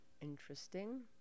Interesting